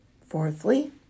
fourthly